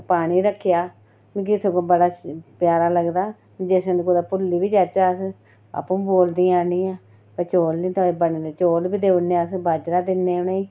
पानी रक्खेआ मिगी सगुंआ बड़ा प्यारा लगदा जिस दिन कुतै भुल्ली बी जाह्चै अस आपूं बोलदियां रौंह्दियां भाई चौल निं थ्होए बने दे चौल बी देई ओड़ने अस बाजरा दिन्ने उ'नेंगी